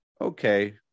okay